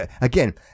again